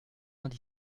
vingt